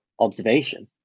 observation